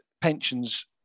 pensions